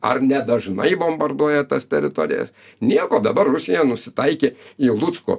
ar nedažnai bombarduoja tas teritorijas nieko dabar rusija nusitaikė į lucko